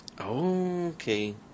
Okay